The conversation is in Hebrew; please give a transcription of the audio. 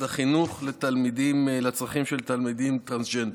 החינוך לצרכים של תלמידים טרנסג'נדרים: